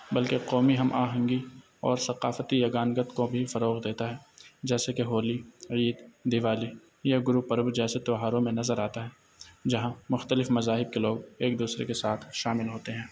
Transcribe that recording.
بلکہ قومی ہم آہنگی اور ثقافتی یگانگت کو بھی فروغ دیتا ہے جیسے کہ ہولی عید دیوالی یا گرو پرب جیسے تیوہاروں میں نظر آتا ہے جہاں مختلف مذاہب کے لوگ ایک دوسرے کے ساتھ شامل ہوتے ہیں